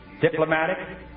diplomatic